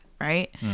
Right